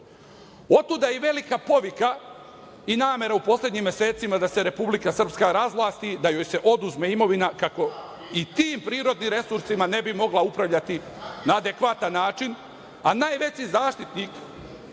Otuda i velika povika i namera u poslednjim mesecima da se Republika Srpska razvlasti, da joj se oduzme imovina kako i tim prirodnim resursima ne bi mogla upravljati na adekvatan način, a najveći zaštitnik